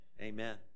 Amen